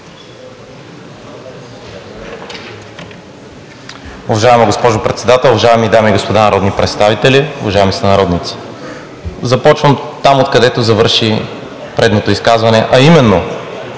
Уважаема госпожо Председател, уважаеми дами и господа народни представители, уважаеми сънародници! Започвам оттам, откъдето завърши предното изказване, а именно,